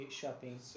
Shopping